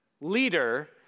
leader